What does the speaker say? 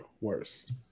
worse